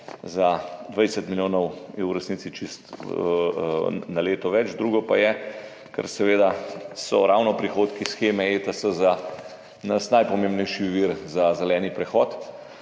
za 20 milijonov je v resnici na leto več. Drugo pa je, da so seveda ravno prihodki sheme ETS za nas najpomembnejši vir za zeleni prehod.